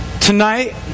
tonight